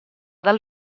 dal